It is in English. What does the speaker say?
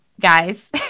guys